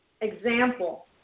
example